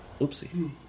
Oopsie